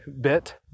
bit